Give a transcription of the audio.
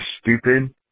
stupid